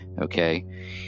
okay